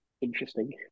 Interesting